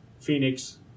Phoenix